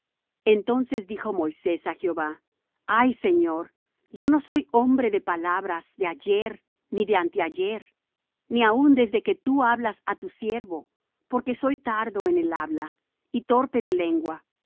entonces dijo moisés á jehová ay señor yo no soy hombre de palabras de ayer ni de anteayer ni aun desde que tú hablas á tu siervo porque soy tardo en el habla y torpe de lengua